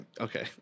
Okay